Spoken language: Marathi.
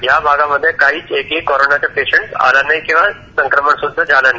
या भागामध्ये काही एक कोरोनाचा पेशंन्ट आला नाही किंवा संक्रमण सुद्धा झाले नाही